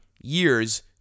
years